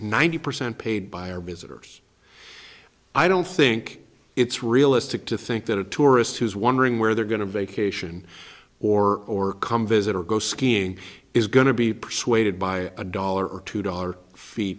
ninety percent paid by our visitors i don't think it's realistic to think that a tourist who's wondering where they're going to vacation or or come visit or go skiing is going to be persuaded by a dollar or two dollar fee